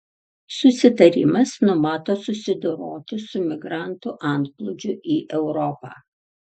susitarimas numato susidoroti su migrantų antplūdžiu į europą